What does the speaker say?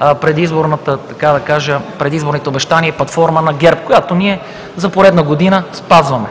и беше заложено в предизборните обещания и платформа на ГЕРБ, която ние за поредна година спазваме.